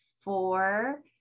four